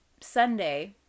Sunday